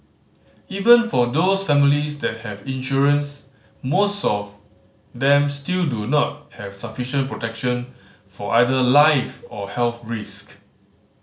even for those families that have insurance most of them still do not have sufficient protection for either life or health risk